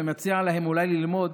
ומציע להם אולי ללמוד